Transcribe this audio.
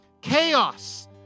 Chaos